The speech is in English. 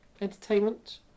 entertainment